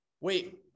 Wait